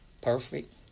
Perfect